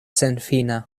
senfina